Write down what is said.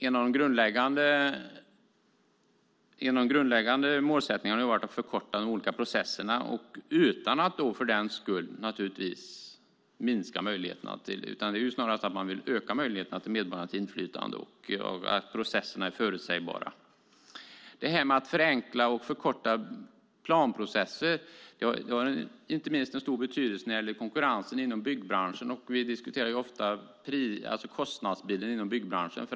En av de grundläggande målsättningarna har varit att förkorta de olika processerna utan att för den skull minska möjligheterna till inflytande för medborgarna. Snarare vill man öka medborgarnas möjligheter till inflytande och att processerna ska vara förutsägbara. Detta med att förenkla och förkorta planprocessen har stor betydelse inte minst när det gäller konkurrensen inom byggbranschen. Vi diskuterar ju ofta kostnadsbilden inom byggbranschen.